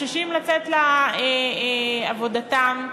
שחוששים לעבודתם.